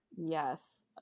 Yes